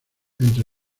entre